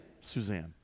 Suzanne